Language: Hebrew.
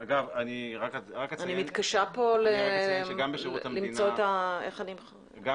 אני מתקשה פה למצוא איך אני --- אגב,